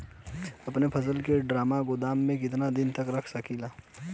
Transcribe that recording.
अपना फसल की ड्रामा गोदाम में कितना दिन तक रख सकीला?